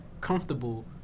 comfortable